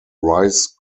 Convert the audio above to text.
rice